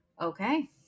Okay